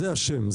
זה השם,